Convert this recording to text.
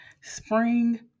spring